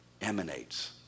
emanates